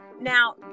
now